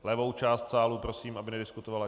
Levou část sálu prosím, aby nediskutovala.